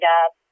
up